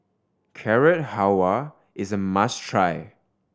Carrot Halwa is a must try